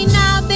now